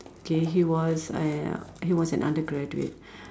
K he was ah ya he was an undergraduate